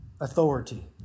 authority